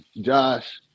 Josh